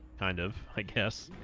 kind of i guess